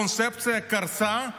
הקונספציה קרסה,